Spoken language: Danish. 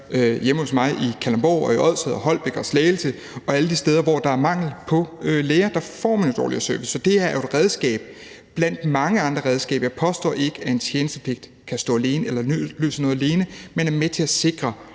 hjemme hos mig i Kalundborg og i Odsherred og i Holbæk og i Slagelse. Alle de steder, hvor der er mangel på læger, får man jo dårligere service. Så det her er jo et redskab blandt mange andre redskaber. Jeg påstår ikke, at en tjenestepligt kan stå alene eller løse noget alene, men det er med til at sikre